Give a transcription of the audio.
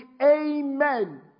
Amen